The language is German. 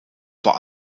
vor